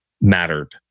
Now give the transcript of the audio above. mattered